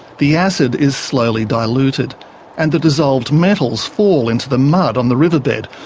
the acid is slowly diluted and the dissolved metals fall into the mud on the riverbed,